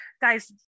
Guys